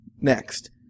Next